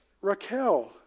Raquel